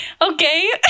Okay